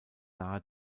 nahe